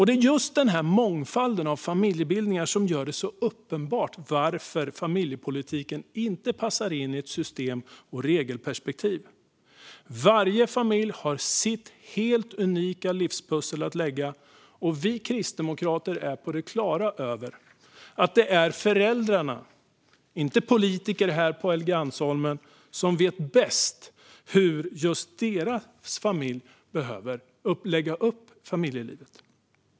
Det är just denna mångfald som gör det så uppenbart att familjepolitiken inte passar in i system och regelperspektiv. Varje familj har sitt unika livspussel att lägga, och vi kristdemokrater är på det klara med att det är föräldrarna, inte vi politiker på Helgeandsholmen, som vet bäst hur just deras familj behöver lägga upp sitt familjeliv.